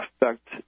affect